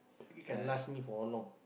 it can last for a long